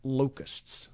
locusts